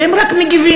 והם רק מגיבים.